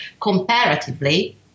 comparatively